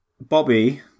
Bobby